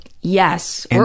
Yes